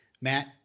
Matt